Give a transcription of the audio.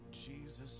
Jesus